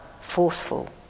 forceful